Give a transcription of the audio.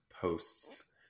posts